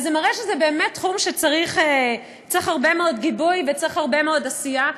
אז זה מראה שזה באמת תחום שצריך בו הרבה מאוד גיבוי והרבה מאוד עשייה.